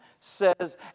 says